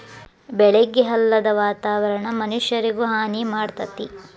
ಬೆಳಿಗೆ ಅಲ್ಲದ ವಾತಾವರಣಾ ಮನಷ್ಯಾರಿಗು ಹಾನಿ ಮಾಡ್ತತಿ